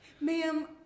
ma'am